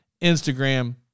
Instagram